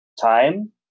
time